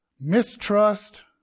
mistrust